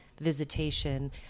visitation